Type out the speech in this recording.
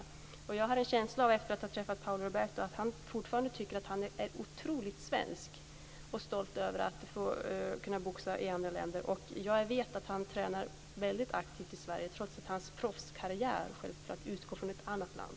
Efter att ha träffat Paolo Roberto har jag en känsla av att han fortfarande tycker att han är otroligt svensk och stolt över att kunna boxa i andra länder. Jag vet att han tränar väldigt aktivt i Sverige, trots att hans proffskarriär utgår från ett annat land.